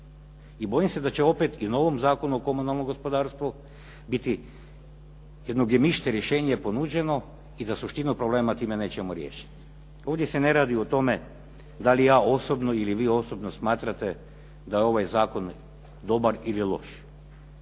I bojim se da će opet i novom Zakonu o komunalnom gospodarstvu biti jedno gemišt rješenje ponuđeno i da se suština problema time nećemo riješiti. Ovdje se ne radi o tome da li ja osobno ili vi osobno smatrate da je ovaj zakon dobar ili loš.